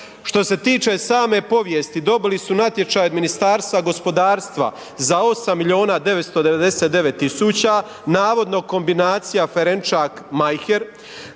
Što se tiče same povijesti, dobili su natječaj od Ministarstva gospodarstva za 8 milijuna 999 tisuća navodno kombinacija Ferenčak Majher,